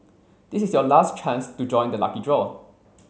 this is your last chance to join the lucky draw